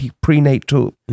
prenatal